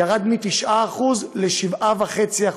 ירד מ-9% ל-7.5%,